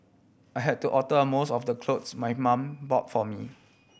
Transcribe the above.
I had to alter most of the clothes my mum bought for me